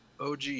OG